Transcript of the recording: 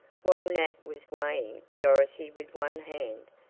while nat was weighing dorothy with one hand,